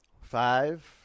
Five